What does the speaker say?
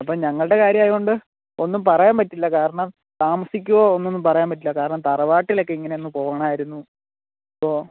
അപ്പം ഞങ്ങളുടെ കാര്യം ആയതുകൊണ്ട് ഒന്നും പറയാൻ പറ്റില്ല കാരണം താമസിക്കുമോ എന്നൊന്നും പറയാൻ പറ്റില്ല കാരണം തറവാട്ടിലൊക്കെ ഇങ്ങനെയൊന്ന് പോവണമായിരുന്നു അപ്പോൾ